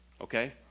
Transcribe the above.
okay